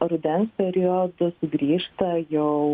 rudens periodu sugrįžta jau